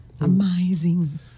amazing